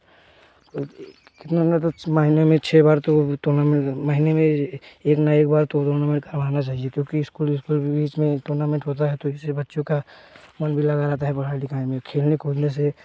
महीने में छः बार तो टूर्नामेंट महीने में एक ना एक बार टूर्नामेंट करवाना चाहिए क्योंकि स्कूल स्कूल के बीच में टूर्नामेंट होता है तो इससे बच्चों का मन भी लगा रहता है पढ़ाई लिखाई में खेलने कूदने से